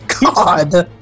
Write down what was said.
God